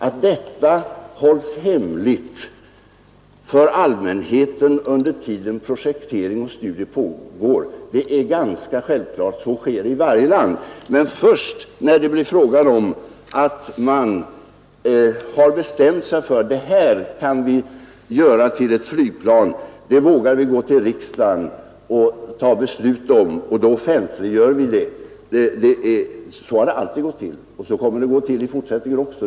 Att detta hålls hemligt för allmänheten under den tid projektering och studier pågår är ganska självklart; så sker i varje land. Men först när man har bestämt sig för att man enligt dessa planer kan göra ett flygplan och att man vågar gå till riksdagen med förslaget för att få ett beslut fattat, offentliggör vi projektet. Så har det alltid gått till, och så kommer det att gå till i fortsättningen också.